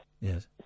Yes